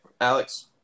Alex